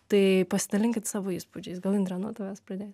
tai pasidalinkit savo įspūdžiais gal indre nuo tavęs pradėkim